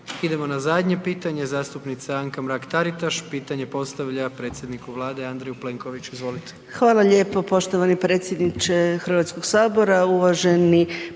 Idemo na zadnje pitanje, zastupnica Anka Mrak-Taritaš, pitanje postavlja predsjedniku Vlade, Andreju Plenkoviću. Izvolite. **Mrak-Taritaš, Anka (GLAS)** Hvala lijepo poštovani predsjedniče HS-a, uvaženi